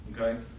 Okay